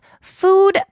food